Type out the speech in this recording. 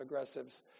aggressives